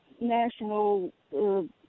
national